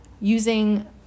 using